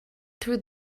through